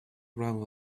ground